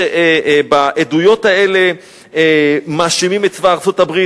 בעדויות האלה מאשימים את צבא ארצות-הברית